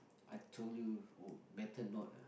I told you oh better not ah